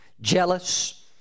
Jealous